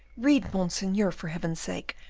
read, monseigneur, for heaven's sake,